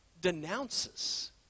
denounces